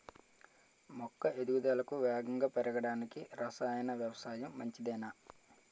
మొక్క ఎదుగుదలకు వేగంగా పెరగడానికి, రసాయన వ్యవసాయం మంచిదేనా?